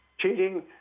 cheating